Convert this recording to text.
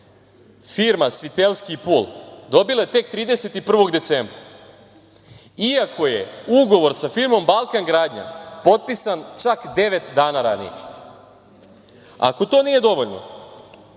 firma „Svitelski i pul“, dobila tek 31. decembra, iako je ugovor sa firmom „Balkan gradnja“, potpisan, čak devet dana ranije. Ako to nije dovoljno,